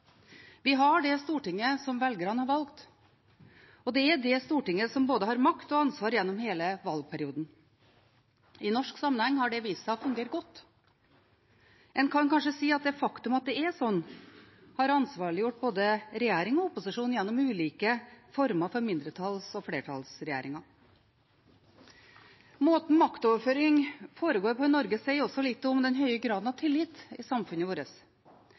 Vi har det Stortinget som velgerne har valgt. Det er det Stortinget som har både makt og ansvar gjennom hele valgperioden. I norsk sammenheng har det vist seg å fungere godt. En kan kanskje si at det faktum at det er slik, har ansvarliggjort både regjering og opposisjon gjennom ulike former for mindretalls- og flertallsregjeringer. Måten maktoverføring foregår på i Norge, sier også litt om den høye graden av tillit i samfunnet vårt.